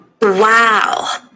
Wow